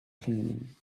cleaning